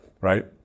right